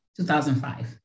2005